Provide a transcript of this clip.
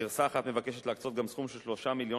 גרסה אחת מבקשת להקצות גם סכום של 3 מיליון